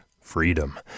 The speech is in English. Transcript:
freedom